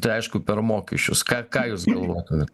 tai aišku per mokesčius ką ką jūs galvotumė